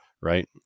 right